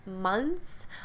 months